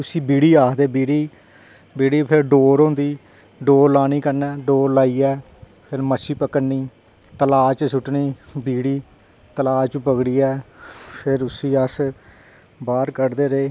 उसी बीड़ी आक्खदे बीड़ी बीड़ी र उत्थें डोर होंदी डोर लानी कन्नै डोर लाइयै फिर मच्छी पकड़नी तलाब च सुट्टनी बीड़ी तलाब च पकड़ियै फिर उसी अस बाहर कढदे रेह्